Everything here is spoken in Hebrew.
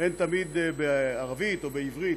הן תמיד בערבית או בעברית.